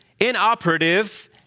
inoperative